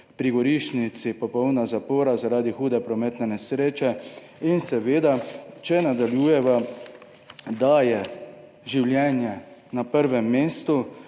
pri Gorišnici popolna zapora zaradi hude prometne nesreče. Če nadaljujeva, da je življenje na prvem mestu,